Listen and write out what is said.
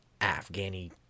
Afghani